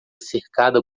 cercada